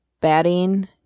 batting